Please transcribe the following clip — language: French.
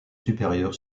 supérieure